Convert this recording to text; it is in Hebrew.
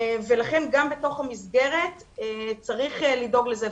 ולכן גם בתוך המסגרת צריך לדאוג לזה.